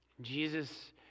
Jesus